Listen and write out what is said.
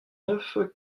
neuf